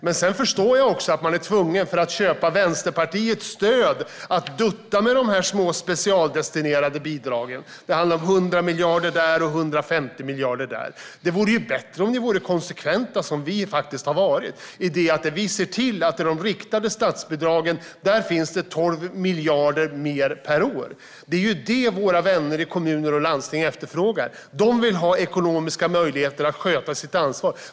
Men jag förstår också att man för att köpa Vänsterpartiets stöd är tvungen att dutta med de här små specialdestinerade bidragen. Det handlar om 100 miljoner här och 150 miljoner där. Det vore ju bättre om ni vore konsekventa, vilket vi har varit. Vi ser till att det i de riktade statsbidragen finns 12 miljarder mer per år. Det är ju det våra vänner i kommuner och landsting efterfrågar. De vill ha ekonomiska möjligheter att sköta sitt ansvar.